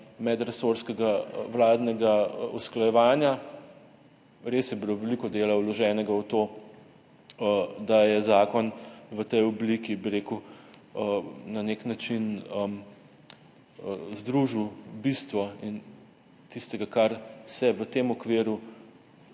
medresorskega vladnega usklajevanja. Res je bilo veliko dela vloženega v to, da je zakon v tej obliki na nek način združil bistvo in tisto, kar je v tem okviru